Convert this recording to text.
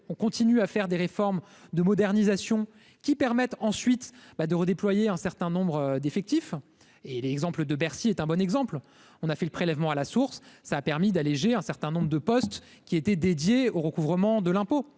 on continue à faire des réformes de modernisation qui permettent ensuite ben de redéployer un certain nombre d'effectifs et l'exemple de Bercy est un bon exemple : on a fait le prélèvement à la source, ça a permis d'alléger un certain nombre de postes qui était dédiée au recouvrement de l'impôt,